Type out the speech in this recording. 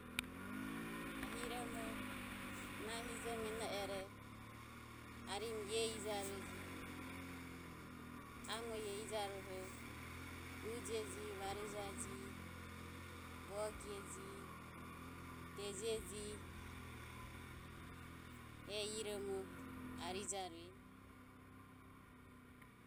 Na hiromo nahi hijo meno ero arim e eh ijarueje. Amo i e ejaru oho ujeji varijaje gogi e gi, deje ji. Eho irimo arija rueje.